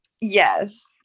Yes